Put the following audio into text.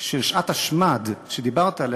של שעת השמד שדיברת עליה,